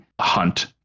hunt